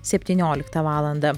septynioliktą valandą